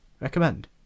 recommend